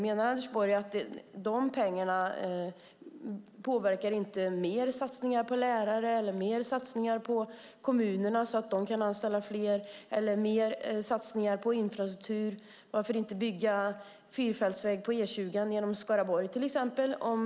Menar Anders Borg att de pengarna inte påverkar mer satsningar på lärare, mer satsningar på kommunerna så att de kan anställa fler eller mer satsningar på infrastruktur? Varför inte bygga fyrfältsväg på E20 genom Skaraborg till exempel?